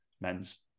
men's